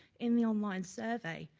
in the online survey,